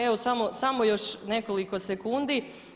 Evo samo još nekoliko sekundi.